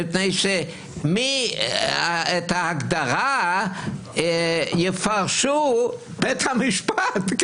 מפני שאת ההגדרה יפרש בית המשפט.